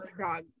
dog